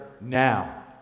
now